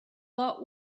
lot